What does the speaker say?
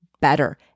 better